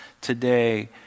today